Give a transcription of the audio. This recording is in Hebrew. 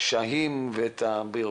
ואת הקשיים הבירוקרטיים,